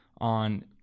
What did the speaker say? on